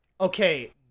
Okay